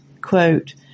quote